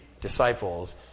disciples